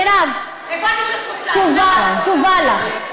מירב, הבנתי שאת רוצה, תשובה לך.